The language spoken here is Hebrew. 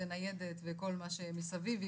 בניידת וכל מה שמסביב,